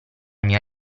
mia